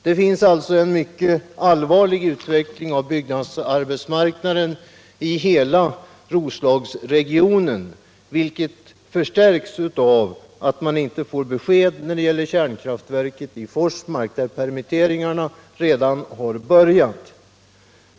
Det är alltså en mycket allvarlig utveckling av byggarbetsmarknaden i hela Roslagsregionen, och den skärps av att man inte får besked när det gäller kärnkraftverket i Forsmark, där permitteringarna redan har börjat.